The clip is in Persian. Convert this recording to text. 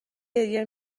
گریه